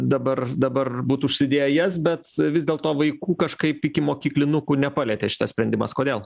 dabar dabar būt užsidėję jas bet vis dėlto vaikų kažkaip ikimokyklinukų nepalietė šitas sprendimas kodėl